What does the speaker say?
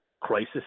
crisis